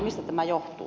mistä tämä johtuu